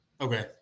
Okay